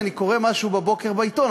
כשאני קורא משהו בבוקר בעיתון,